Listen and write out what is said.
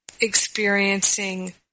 experiencing